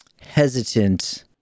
hesitant